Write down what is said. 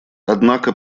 однако